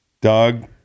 Doug